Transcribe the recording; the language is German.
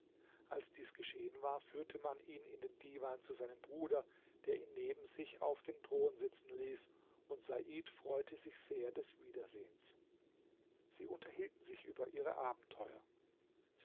als dies geschehen war führte man ihn in den divan zu seinem bruder der ihn neben sich auf den thron sitzen ließ und said freute sich sehr des wiedersehens sie unterhielten sich über ihre abenteuer